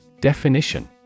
Definition